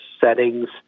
settings